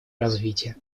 развития